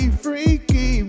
freaky